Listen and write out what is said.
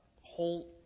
whole